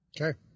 Okay